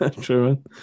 True